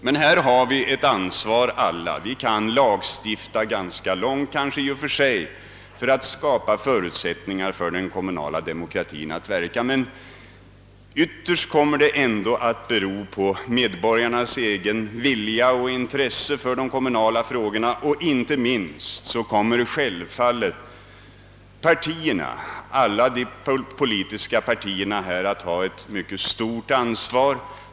Vi har emellertid alla härvidlag ett stort ansvar. Vi kan lagstifta för att skapa förutsättningar för den kommunala demokratin, men ytterst kommer det hela ändå att bero på medborgarnas eget intresse för och vilja att delta i behandlingen av de kommunala frågorna. Inte minst kommer alla politiska partier att ha ett mycket stort ansvar.